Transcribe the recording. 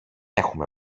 έχουμε